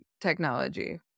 technology